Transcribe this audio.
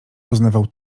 uznawał